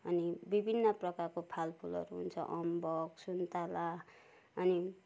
अनि विभिन्न प्रकारको फलफुलहरू हुन्छ अम्बक सुन्ताला अनि